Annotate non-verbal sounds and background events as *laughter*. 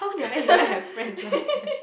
*laughs*